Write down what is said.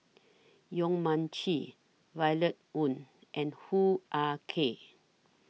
Yong Mun Chee Violet Oon and Hoo Ah Kay